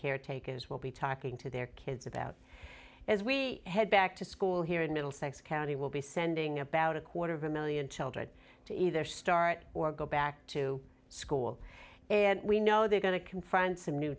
caretakers will be talking to their kids about as we head back to school here in middlesex county will be sending about a quarter of a million children to either start or go back to school and we know they're going to confront some new